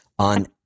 On